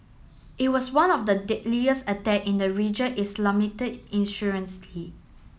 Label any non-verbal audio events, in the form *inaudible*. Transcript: it was one of the deadliest attack in the region Islamist *unintelligible*